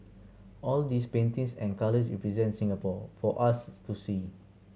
all these paintings and colours represent Singapore for us to see